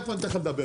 אני אתן לך לדבר.